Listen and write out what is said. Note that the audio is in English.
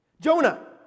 Jonah